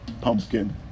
pumpkin